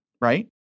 right